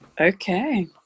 Okay